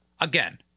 Again